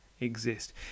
exist